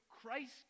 Christ